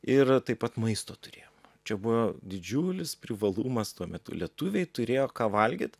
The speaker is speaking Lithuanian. ir taip pat maisto turėjom čia buvo didžiulis privalumas tuo metu lietuviai turėjo ką valgyt